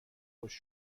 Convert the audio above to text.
خشک